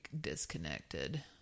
disconnected